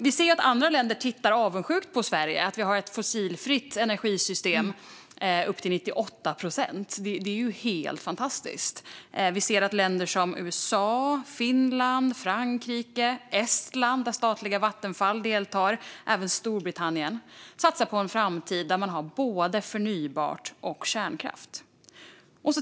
Vi ser att andra länder tittar avundsjukt på Sverige för att vi har ett fossilfritt energisystem upp till 98 procent. Det är ju helt fantastiskt. Länder som USA, Finland, Frankrike och Estland, där statliga Vattenfall deltar, och även Storbritannien satsar på en framtid med både förnybart och kärnkraft.